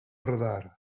radar